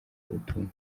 ubutumwa